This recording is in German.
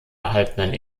erhaltenen